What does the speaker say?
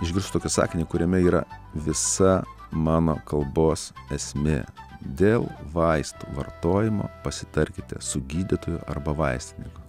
išgirstu tokį sakinį kuriame yra visa mano kalbos esmė dėl vaistų vartojimo pasitarkite su gydytoju arba vaistininku